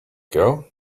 girl